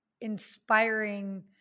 inspiring